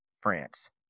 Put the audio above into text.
France